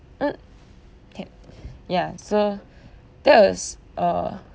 mm okay ya so that was uh